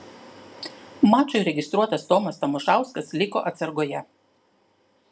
mačui registruotas tomas tamošauskas liko atsargoje